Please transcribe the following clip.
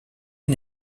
une